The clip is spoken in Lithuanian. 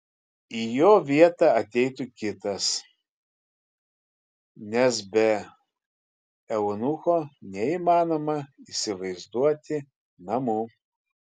į jo vietą ateitų kitas nes be eunucho neįmanoma įsivaizduoti namų